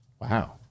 Wow